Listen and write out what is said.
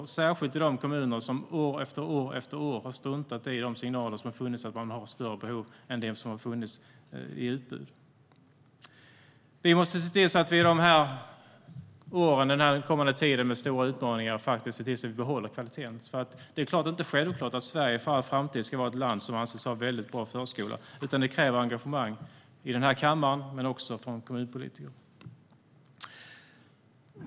Detta gäller särskilt i de kommuner som år efter år har struntat i de signaler som har funnits om att man har större behov än det som har funnits i utbudet. Vi måste se till att vi under de här åren och den kommande tiden med stora utmaningar behåller kvaliteten. Det är självklart att Sverige inte för all framtid kan vara ett land som anses ha en bra förskola. Det kräver engagemang i den här kammaren men också från kommunpolitiker.